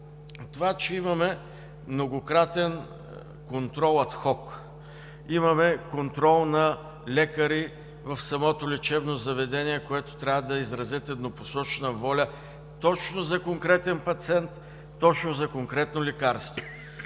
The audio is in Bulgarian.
това, че имаме многократен контрол адхок. Имаме контрол на лекари в самото лечебно заведение, които трябва да изразят еднопосочна воля точно за конкретен пациент, точно за конкретно лекарство.